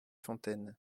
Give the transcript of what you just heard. fontaines